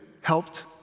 helped